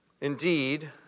indeed